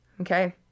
Okay